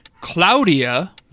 Claudia